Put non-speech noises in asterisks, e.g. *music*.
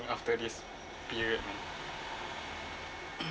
after this period man *noise*